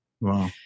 Wow